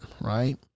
right